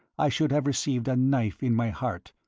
i should have received a knife in my heart.